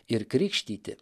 ir krikštyti